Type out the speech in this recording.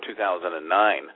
2009